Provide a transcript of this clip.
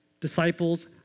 Disciples